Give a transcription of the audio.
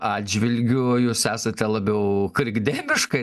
atžvilgiu jūs esate labiau krikdemiška